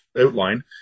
outline